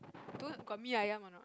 don't got mee-ayam or not